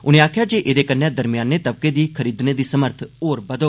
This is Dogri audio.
उनें आखेआ जे एह्दे कन्नै दरम्याने तबके दी खरीदने दी समर्थ होर बधोग